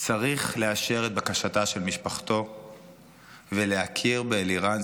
צריך לאשר את בקשתה של משפחתו ולהכיר באלירן,